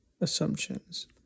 assumptions